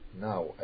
Now